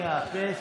אני אאפס ותתחיל.